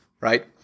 right